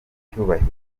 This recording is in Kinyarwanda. cyubahiro